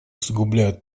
усугубляют